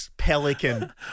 Pelican